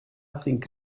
think